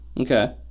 okay